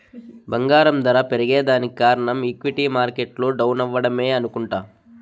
బంగారం దర పెరగేదానికి కారనం ఈక్విటీ మార్కెట్లు డౌనవ్వడమే అనుకుంట